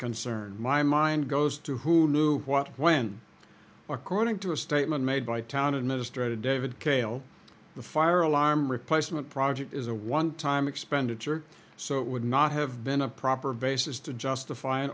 concern my mind goes to who knew what when according to a statement made by town administrator david calle the fire alarm replacement project is a one time expenditure so it would not have been a proper basis to justify